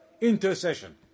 intercession